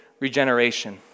regeneration